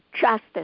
justice